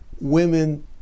women